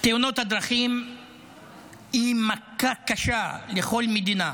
תאונות הדרכים הן מכה קשה לכל מדינה,